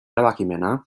erabakimena